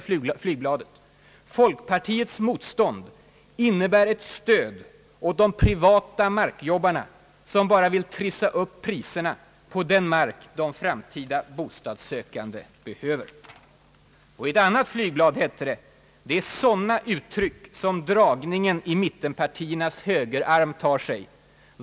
—— Folkpartiets motstånd innebär ett stöd åt de privata markjobbarna, som bara vill trissa upp pPriserna på den mark de framtida bostadssökandena behöver.» I ett annat flygblad hette det: »Det är sådana uttryck som dragningen i mittenpartiernas högerarm tar sig.